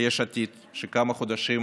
ליש עתיד, שקמה חודשים